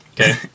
Okay